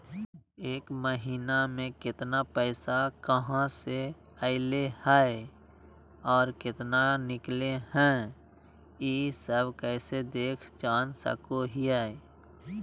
एक महीना में केतना पैसा कहा से अयले है और केतना निकले हैं, ई सब कैसे देख जान सको हियय?